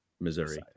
Missouri